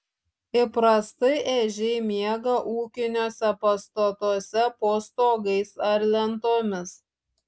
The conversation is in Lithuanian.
įprastai ežiai miega ūkiniuose pastatuose po stogais ar lentomis